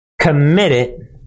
committed